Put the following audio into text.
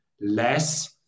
less